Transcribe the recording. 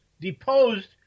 deposed